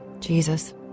Jesus